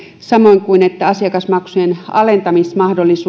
samoin kuin se että asiakasmaksujen alentamismahdollisuus